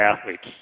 athletes